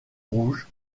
rouge